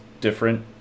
different